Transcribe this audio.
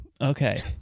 Okay